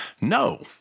no